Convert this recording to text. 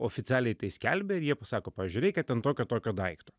oficialiai tai skelbia ir jie pasako pavyzdžiui reikia ten tokio tokio daikto